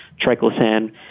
triclosan